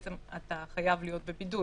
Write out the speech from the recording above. שאתה חייב להיות בבידוד.